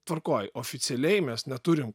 tvarkoj oficialiai mes neturim